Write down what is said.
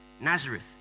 Nazareth